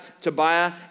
Tobiah